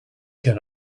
can